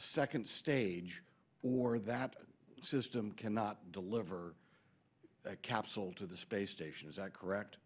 second stage for that system cannot deliver that capsule to the space station is that correct